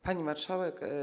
Pani Marszałek!